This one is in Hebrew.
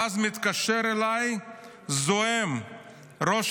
ואז ראש הממשלה מתקשר אליי זועם ראש